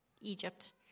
Egypt